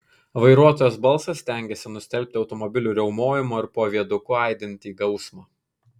vairuotojos balsas stengėsi nustelbti automobilių riaumojimą ir po viaduku aidintį gausmą